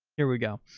here we go.